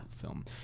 film